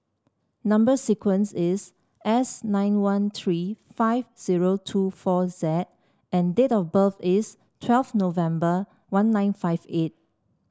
number sequence is S nine one three five zero two four Z and date of birth is twelve November one nine five eight